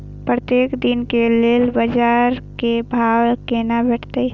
प्रत्येक दिन के लेल बाजार क भाव केना भेटैत?